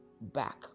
back